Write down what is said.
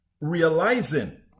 realizing